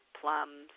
plums